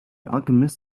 alchemist